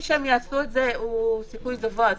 שהם יעשו את זה הוא סיכוי גבוה.